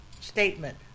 statement